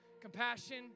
Compassion